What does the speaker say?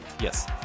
Yes